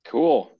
Cool